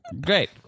Great